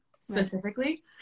specifically